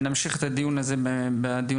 ונמשיך בדיון הבא.